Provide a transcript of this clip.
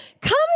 Come